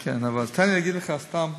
כן, אבל תן לי להגיד לך סתם,